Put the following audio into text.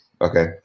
Okay